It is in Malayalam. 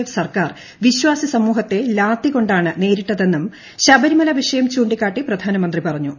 എഫ് സർക്കാർ വിശ്വാസി സമൂഹത്തെ ലാത്തിക്കൊണ്ടാണ് നേരിട്ടതെന്നും ശബരിമല വിഷയം ചൂണ്ടിക്കാട്ടി പ്രധാനമന്ത്രി പറഞ്ഞു